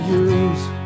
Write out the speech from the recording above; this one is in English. use